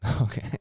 Okay